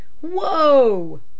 Whoa